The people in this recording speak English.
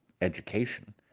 education